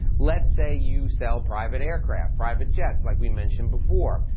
let's say you sell private aircraft, private jets, like we've mentioned before.